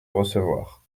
recevoir